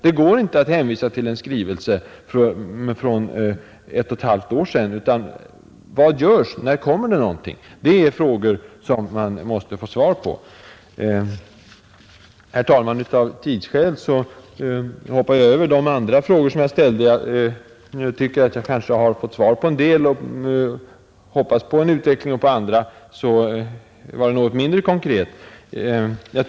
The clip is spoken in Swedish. Det går inte att hänvisa till en skrivelse för ett och ett halvt år sedan. Jag frågar: vad görs, och när kommer det någonting? Det är frågor som man måste få svar på. Herr talman! Av tidsskäl hoppar jag över de andra frågor som jag ställde. Jag har fått svar på en del och kan hoppas på en utveckling. På andra var beskeden något mindre konkreta.